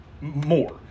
more